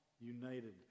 united